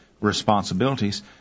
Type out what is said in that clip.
responsibilities